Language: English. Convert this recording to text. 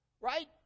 Right